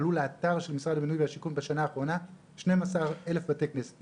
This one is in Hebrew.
עלו לאתר של משרד הבינוי והשיכון השנה שנים עשר אלף בתי כנסת.